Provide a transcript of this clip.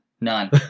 None